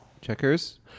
Checkers